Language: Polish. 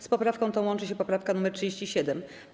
Z poprawką tą łączy się poprawka nr 37.